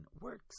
works